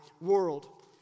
world